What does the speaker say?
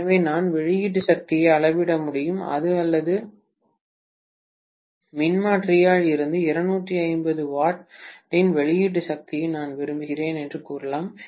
எனவே நான் வெளியீட்டு சக்தியை அளவிட முடியும் அல்லது இந்த மின்மாற்றியில் இருந்து 250 W இன் வெளியீட்டு சக்தியை நான் விரும்புகிறேன் என்று கூறலாம்